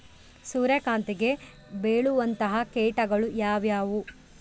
ಸೂರ್ಯಕಾಂತಿಗೆ ಬೇಳುವಂತಹ ಕೇಟಗಳು ಯಾವ್ಯಾವು?